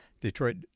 Detroit